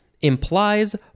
implies